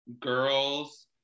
Girls